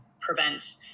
prevent